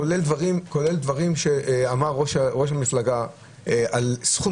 כולל דברים שאמר ראש המפלגה על סכום